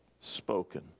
spoken